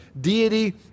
deity